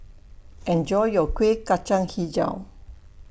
Enjoy your Kuih Kacang Hijau